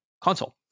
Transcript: console